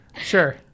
Sure